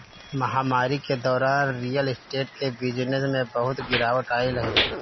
महामारी के दौरान रियल स्टेट के बिजनेस में बहुते गिरावट आइल हवे